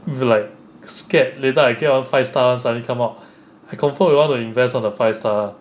mm like scared later I get one five stars suddenly come out I confirm will want to invest on the five star